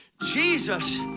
Jesus